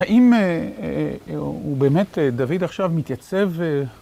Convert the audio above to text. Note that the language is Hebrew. האם הוא באמת, דוד עכשיו מתייצב